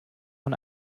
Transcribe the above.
von